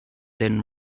than